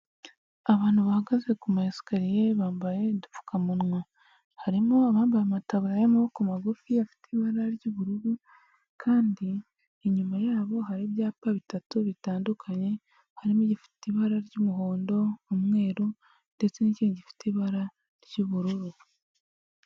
Abantu bahagaze kumayesikaririye bambaye udupfukamunwa, harimo abambaye amataburiya y'amaboko magufi afite ibara ry'ubururu kandi inyuma yabo hari ibyapa bitatu bitandukanye, harimo gifite ibara ry'umuhondo, umweru ndetse n'ikindi gifite ibara ry'ubururu.